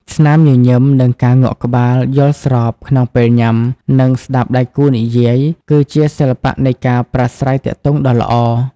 ស្នាមញញឹម និងការងក់ក្បាលយល់ស្របក្នុងពេលញ៉ាំ និងស្ដាប់ដៃគូនិយាយ គឺជាសិល្បៈនៃការប្រាស្រ័យទាក់ទងដ៏ល្អ។